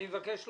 אני מבקש לומר,